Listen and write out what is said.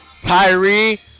Tyree